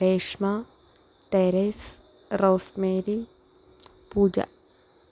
Reshma Therese Rosemary puja